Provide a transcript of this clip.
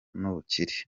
n’ubukire